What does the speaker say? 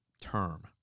term